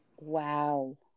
Wow